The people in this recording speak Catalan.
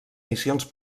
missions